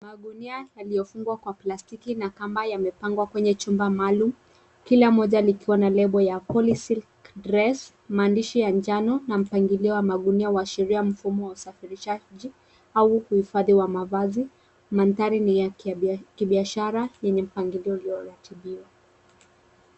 Magunia yaliofungwa kwa plastiki na kamba yamepangwa kwenye chumba maalum, kila moja likiwa na nembo ya polysic dress maadishi ya njano na mpangilio wa magunia huashiria mfumo wa usafirishaji au uhifadhi wa mavazi, mandhari ni ya kibiashara yenye mpangilio ilio ratibiwa.